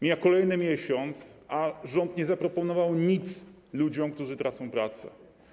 Mija kolejny miesiąc, a rząd nie zaproponował nic ludziom, którzy tracą pracę.